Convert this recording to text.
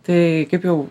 tai kaip jau